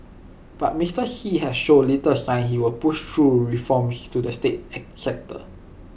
but Mister Xi has shown little sign he will push through reforms to the state sector